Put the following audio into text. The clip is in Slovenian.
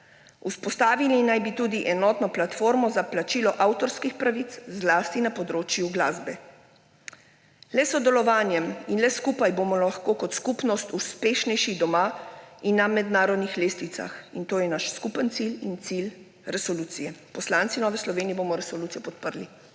Vzpostavili naj bi tudi enotno platformo za plačilo avtorskih pravic zlasti na področju glasbe. Le s sodelovanjem in le skupaj bomo lahko kot skupnost uspešnejši doma in na mednarodnih lestvicah, in to je naš skupen cilj in cilj resolucije. Poslanci Nove Slovenije bomo resolucijo podprli.